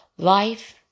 Life